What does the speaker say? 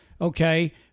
okay